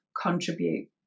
contribute